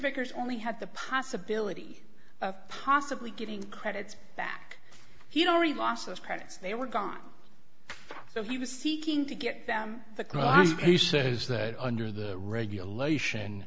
vickers only had the possibility of possibly getting credits back he'd already lost those credits they were gone so he was seeking to get them the crimes he says that under the regulation